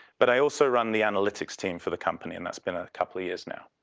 but i also run the analytics team for the company and that's been a couple years now.